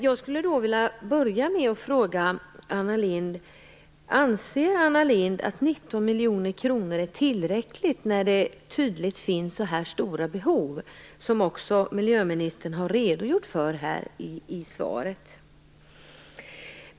Jag vill börja med att fråga om Anna Lindh anser att 19 miljarder kronor är tillräckligt när det uppenbarligen finns så stora behov, vilket miljöministern också redogjort för i svaret.